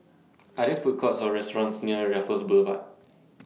Are There Food Courts Or restaurants near Raffles Boulevard